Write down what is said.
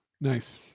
nice